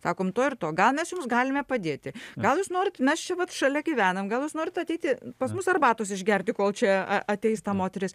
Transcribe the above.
sakom to ir to gal mes jums galime padėti gal jūs norit mes čia vat šalia gyvenam gal jūs norit ateiti pas mus arbatos išgerti kol čia a ateis ta moteris